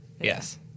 yes